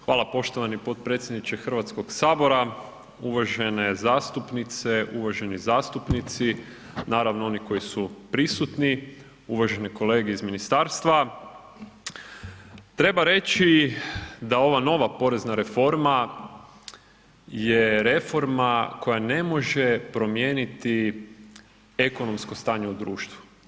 Hvala poštovani potpredsjedniče HS, uvažene zastupnice, uvaženi zastupnici, naravno oni koji su prisutni, uvažene kolege iz ministarstva, treba reći da ova nova porezna reforma je reforma koja ne može promijeniti ekonomsko stanje u društvu.